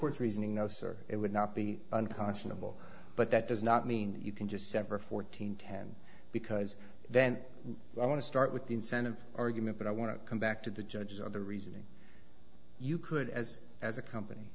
court's reasoning no sir it would not be unconscionable but that does not mean you can just separate fourteen ten because then i want to start with the incentive argument but i want to come back to the judges of the reasoning you could as as a company